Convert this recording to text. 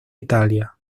italia